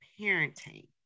parenting